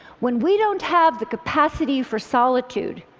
when we don't have the capacity for solitude,